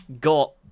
got